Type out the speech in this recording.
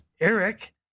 Eric